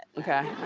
okay,